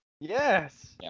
Yes